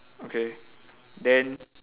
okay then